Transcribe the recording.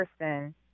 person